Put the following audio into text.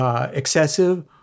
excessive